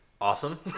Awesome